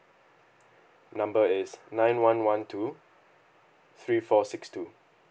number is nine one one two three four six two